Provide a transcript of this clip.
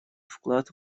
вклад